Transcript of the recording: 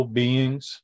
beings